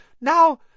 now